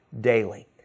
daily